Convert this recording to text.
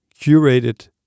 curated